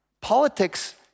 Politics